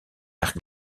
ère